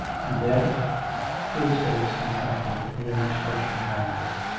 and then his face contracted in an expression of anger.